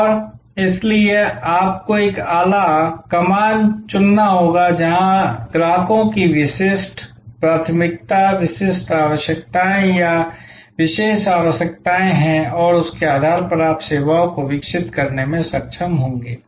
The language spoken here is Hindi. और इसलिए आपको एक आला चुनना होगा जहां ग्राहकों की विशिष्ट प्राथमिकता विशिष्ट आवश्यकताएं या विशेष आवश्यकताएं हैं और इसके आधार पर आप सेवाओं को विकसित करने में सक्षम होंगे